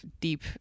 deep